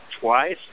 twice